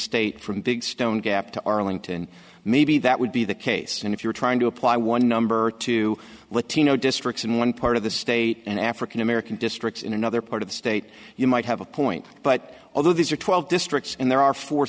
state from big stone gap to arlington maybe that would be the case and if you're trying to apply one number to latino districts in one part of the state and african american districts in another part of the state you might have a point but although these are twelve districts and there are four